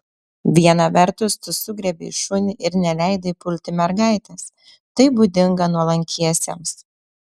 viena vertus tu sugriebei šunį ir neleidai pulti mergaitės tai būdinga nuolankiesiems